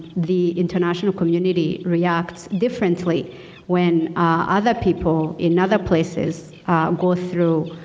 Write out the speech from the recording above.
the international community reacts differently when other people in other places go through